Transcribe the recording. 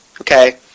Okay